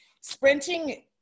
sprinting